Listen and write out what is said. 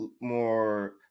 more